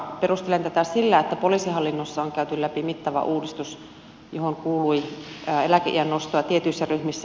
perustelen tätä sillä että poliisihallinnossa on käyty läpi mittava uudistus johon kuului eläkeiän nostoa tietyissä ryhmissä